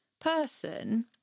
person